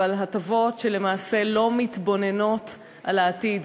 אבל הטבות שלמעשה לא מתבוננות על העתיד.